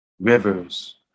rivers